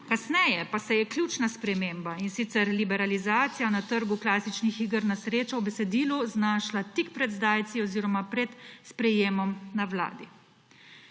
Kasneje pa se je ključna sprememba, in sicer liberalizacija na trgu klasičnih iger na srečo, v besedilu znašla tik pred zdajci oziroma pred sprejetjem na Vladi.